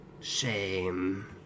Shame